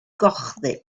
gochddu